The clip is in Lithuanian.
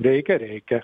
reikia reikia